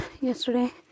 yesterday